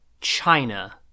China